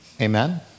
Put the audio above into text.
amen